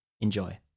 Enjoy